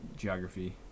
Geography